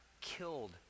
killed